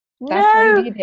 No